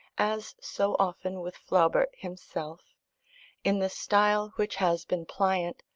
as so often with flaubert himself in the style which has been pliant,